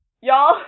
y'all